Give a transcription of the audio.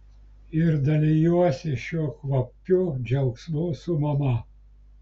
ir dalijuosi šiuo kvapiu džiaugsmu su mama